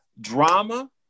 drama